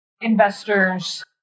investors